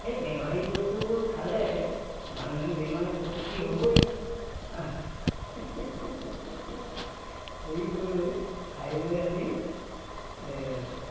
সেই বেমাৰী বস্তুবোৰ খালে মানুহে বেমাৰ হ'বই সেইবোৰ খাই লৈ আমি